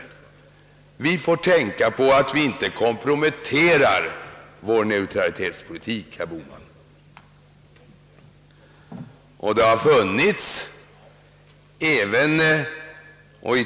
Vi måste se till att inte kompromettera vår neutralitetspolitik, herr Bohman!